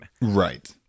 Right